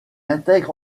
intègre